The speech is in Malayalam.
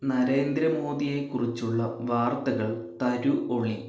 നരേന്ദ്ര മോദിയെ കുറിച്ചുള്ള വാർത്തകൾ തരു ഒളി